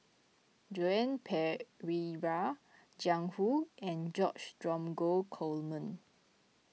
Joan Pereira Jiang Hu and George Dromgold Coleman